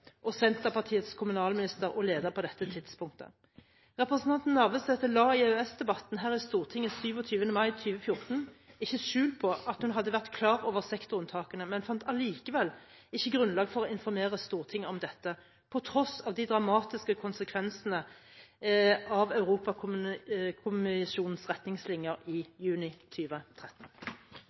og Senterpartiets kommunalminister og leder på dette tidspunktet. Representanten Navarsete la i EØS-debatten her i Stortinget 27. mai 2014 ikke skjul på at hun hadde vært klar over sektorunntakene, men at hun allikevel ikke hadde funnet grunnlag for å informere Stortinget om dette, på tross av de dramatiske konsekvensene av Europakommisjonens retningslinjer i juni